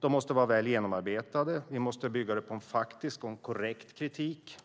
De måste vara väl genomarbetade. Vi måste bygga på faktisk och korrekt kritik.